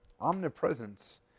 Omnipresence